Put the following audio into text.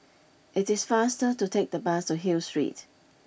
it is faster to take the bus to Hill Street